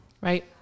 Right